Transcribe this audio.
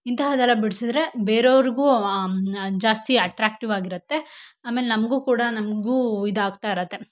ಇಂತಹದ್ದೆಲ್ಲ ಬಿಡಿಸಿದ್ರೆ ಬೇರೊರ್ಗೂ ಜಾಸ್ತಿ ಅಟ್ರ್ಯಾಕ್ಟಿವ್ ಆಗಿರತ್ತೆ ಆಮೇಲೆ ನಮ್ಗೂ ಕೂಡ ನಮಗೂ ಇದು ಆಗ್ತಾ ಇರತ್ತೆ